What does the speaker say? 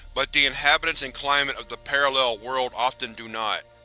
but the inhabitants and climate of the parallel world often do not.